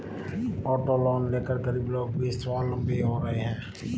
auto loan लेकर गरीब लोग भी स्वावलम्बी हो रहे हैं